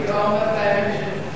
כי הוא מה שנקרא "אומר את האמת שלו".